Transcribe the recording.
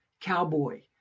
cowboy